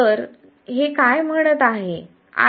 तर हे काय म्हणत आहे